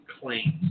claims